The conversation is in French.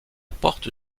porte